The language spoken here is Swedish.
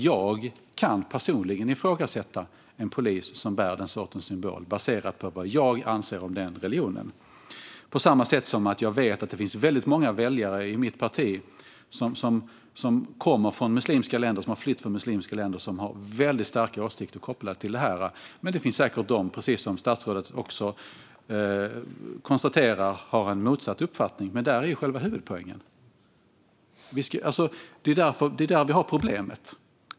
Jag kan personligen ifrågasätta en polis som bär den sortens symbol, baserat på vad jag anser om den religionen, på samma sätt som jag vet att det finns väldigt många väljare i mitt parti som har flytt från muslimska länder och har väldigt starka åsikter kopplat till detta. Men det finns säkert, precis som statsrådet konstaterar, de som har en motsatt uppfattning. Detta är själva huvudpoängen; det är där vi har problemet.